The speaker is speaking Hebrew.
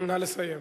נא לסיים.